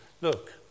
look